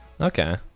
okay